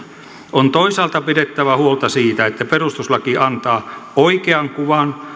on toisaalta pidettävä huolta siitä että perustuslaki antaa oikean kuvan